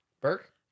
Burke